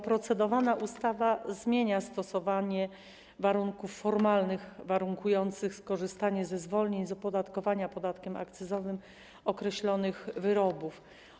Procedowana ustawa zmienia stosowanie warunków formalnych skorzystania ze zwolnień z opodatkowania podatkiem akcyzowym określonych wyrobów.